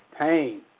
pain